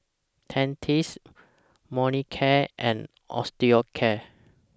Dentiste Molicare and Osteocare